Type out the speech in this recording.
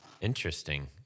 Interesting